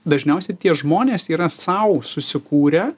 dažniausiai tie žmonės yra sau susikūrę